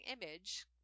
image